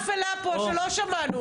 הנה קוץ באפלה שלא שמענו,